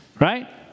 right